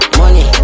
money